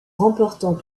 remportant